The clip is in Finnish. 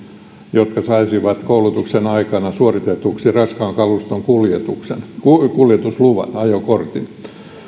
jotka saisivat koulutuksen aikana suoritetuksi raskaan kaluston kuljetusluvan ajokortin